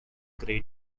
grate